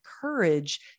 courage